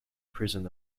prison